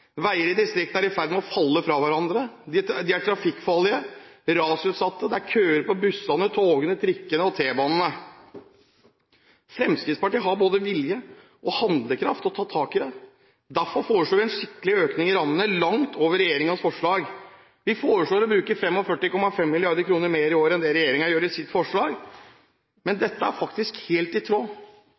Veier i distriktene er i ferd med å falle fra hverandre. De er trafikkfarlige og rasutsatte. Det er køer på bussene, togene, trikkene og t-banene. Fremskrittspartiet har både vilje og handlekraft til å ta tak i dette. Derfor foreslår vi en skikkelig økning i rammene, langt utover regjeringens forslag. Vi foreslår å bruke 45,5 mrd. kr mer i året enn det regjeringen gjør i sitt forslag. Men dette er faktisk helt i tråd